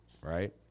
right